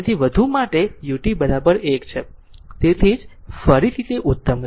અને 0 થી વધુ માટે ut 1 તેથી જ ફરીથી તે ઉત્તમ છે